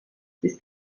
siis